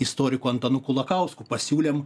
istoriku antanu kulakausku pasiūlėm